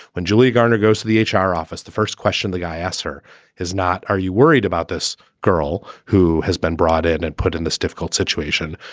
when julia garner goes to the h r. office, the first question the guy asks her is not are you worried about this girl who has been brought in and put in this difficult situation?